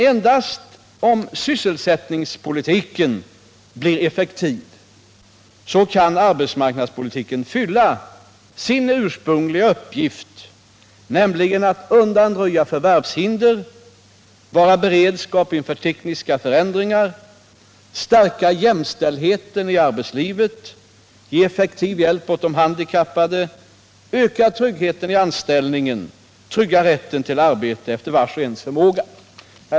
Endast om sysselsättningspolitiken blir effektiv kan arbetsmarknadspolitiken fylla sin ursprungliga uppgift, nämligen att undanröja förvärvshinder, vara beredskap inför tekniska förändringar, stärka jämställdheten i arbetslivet, ge effektiv hjälp åt de handikappade, öka tryggheten i anställningen och trygga rätten till arbete efter vars och ens förmåga.